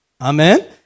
Amen